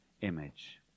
image